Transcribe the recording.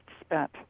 spent